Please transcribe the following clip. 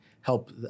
help